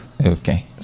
Okay